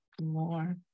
more